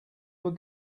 were